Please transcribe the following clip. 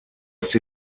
ist